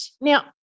now